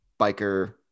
biker